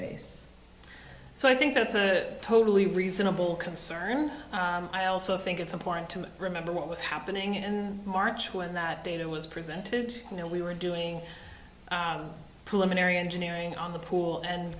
base so i think that's a totally reasonable concern i also think it's important to remember what was happening in march when that data was presented you know we were doing preliminary engineering on the pool and